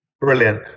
Brilliant